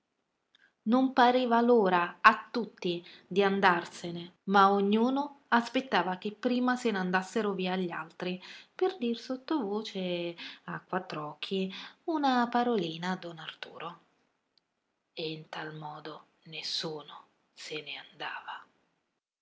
non pareva l'ora a tutti di andarsene ma ognuno aspettava che prima se n'andassero via gli altri per dir sottovoce a quattr'occhi una parolina a don arturo e in tal modo nessuno se ne andava